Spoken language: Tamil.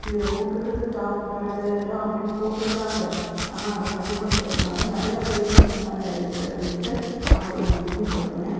இதில் போட்டிருக்குறது டாப்பு ப்ராண்டு தான் அப்படின் போட்டிருக்குறாங்க ஆனால் அதை பயன்படுத்துறதுனால் நிறையா பேருக்கு இந்தமாதிரி ஆகிருக்கு அப்படின்ட்டு அவங்களுக்கு நான் தெரியப்படுத்தினேன்